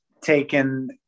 taken